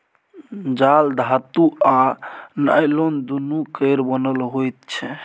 जाल धातु आ नॉयलान दुनु केर बनल होइ छै